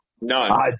none